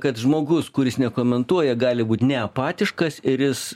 kad žmogus kuris nekomentuoja gali būt ne apatiškas ir jis